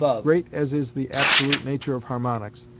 great as is the absolute nature of harmonics,